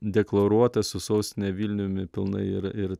deklaruota su sostine vilniumi pilnai ir ir